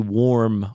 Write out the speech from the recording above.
warm